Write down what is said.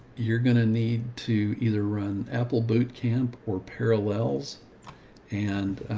you're going to need to either run apple boot camp or parallels and,